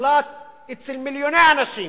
מוחלט אצל מיליוני אנשים.